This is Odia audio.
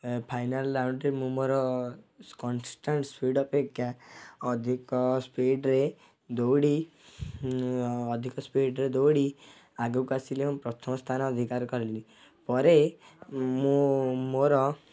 ଏ ଫାଇନାଲ୍ ରାଉଣ୍ଡରେ ମୁଁ ମୋର କନଷ୍ଟାଣ୍ଟ୍ ସ୍ପୀଡ଼ ଅପେକ୍ଷା ଅଧିକ ସ୍ପୀଡ଼ରେ ଦୌଡ଼ି ଅଧିକ ସ୍ପୀଡ଼ରେ ଦଉଡି଼ ଆଗକୁ ଆସିଲି ଏବଂ ପ୍ରଥମ ସ୍ଥାନ ଅଧିକାର କରିଲି ପରେ ମୁଁ ମୋର ମୁଁ ବହୁତ ଖୁସି ହୋଇ ଏବଂ ମୋର ପ୍ରଥମ ପ୍ରାଇଜ୍ ମଧ୍ୟ ଗ୍ରହଣ କଲି ଏପରି ଭାବରେ ମୁଁ ପ୍ରଥମ ସ୍ଥା ଯୋଉ ଦୌଡ଼ ପ୍ରତିଯୋଗିତାରେ ପ୍ରଥମ ହୋଇଥିଲି ଏପରି ଭାବରେ ମୋର ଅଭିଜ୍ଞତା ଥିଲା